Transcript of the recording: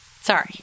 Sorry